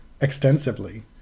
extensively